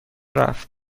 رفت